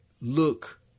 look